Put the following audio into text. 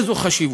איזו חשיבות.